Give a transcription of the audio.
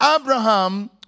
Abraham